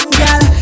girl